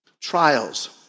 trials